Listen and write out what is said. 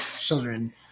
children